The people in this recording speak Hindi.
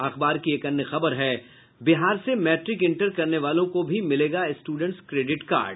अखबार की एक अन्य खबर है बहार से मैट्रिक इंटर करने वालों को भी मिलेगा स्टूडेंट्स क्रेडिट कार्ड